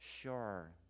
Sure